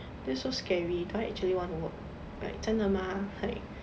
that's so scary do I actually want to work like 真的吗 like